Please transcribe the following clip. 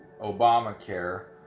Obamacare